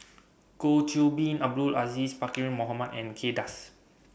Goh Qiu Bin Abdul Aziz Pakkeer Mohamed and Kay Das